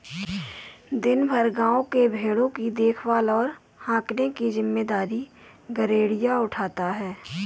दिन भर गाँव के भेंड़ों की देखभाल और हाँकने की जिम्मेदारी गरेड़िया उठाता है